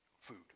Food